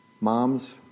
moms